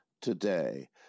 today